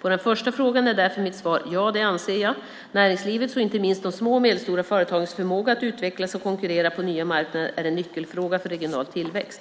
På den första frågan är därför mitt svar: Ja, det anser jag. Näringslivets och inte minst de små och medelstora företagens förmåga att utvecklas och konkurrera på nya marknader är en nyckelfråga för regional tillväxt.